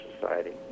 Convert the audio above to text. society